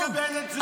אני לא מקבל את זה.